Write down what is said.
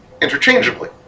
interchangeably